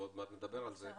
ועוד מעט נדבר על זה.